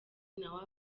nawe